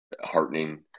heartening